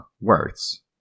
words